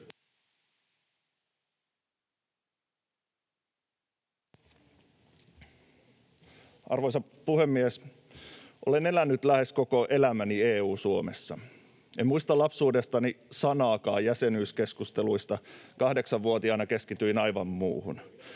Arvoisa puhemies! Olen elänyt lähes koko elämäni EU-Suomessa. En muista lapsuudestani sanaakaan jäsenyyskeskusteluista — kahdeksanvuotiaana keskityin aivan muuhun